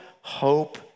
hope